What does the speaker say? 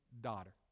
daughter